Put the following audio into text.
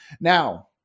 Now